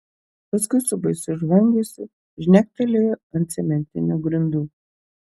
paskui su baisiu žvangesiu žnektelėjo ant cementinių grindų